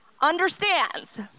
understands